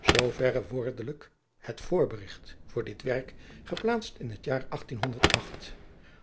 zooverre woordelijk het voorberigt voor dit werk geplaatst in het jaar